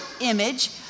image